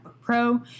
Pro